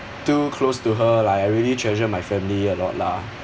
too close to her like I really treasure my family a lot lah